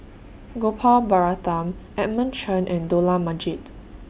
Gopal Baratham Edmund Chen and Dollah Majid